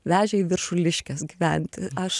vežė į viršuliškes gyventi aš